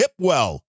Hipwell